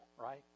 right